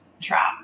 trap